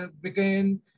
begin